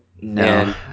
No